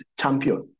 champion